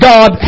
God